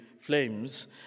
flames